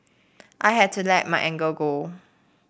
I had to let my anger go